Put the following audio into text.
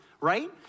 right